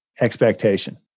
expectation